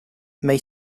may